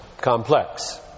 complex